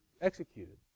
executed